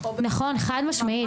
נכון, חד-משמעית.